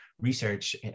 research